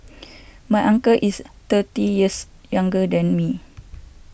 my uncle is thirty years younger than me